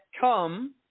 come